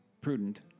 prudent